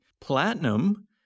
Platinum